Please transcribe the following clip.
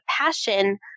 passion